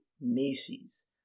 Macy's